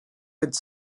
its